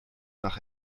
nach